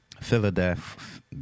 Philadelphia